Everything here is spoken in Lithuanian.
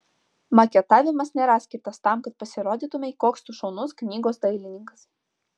maketavimas nėra skirtas tam kad pasirodytumei koks tu šaunus knygos dailininkas